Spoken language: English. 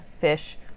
fish